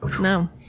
No